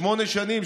שמונה שנים,